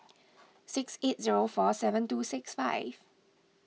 six eight zero four seven two six five